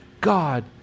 God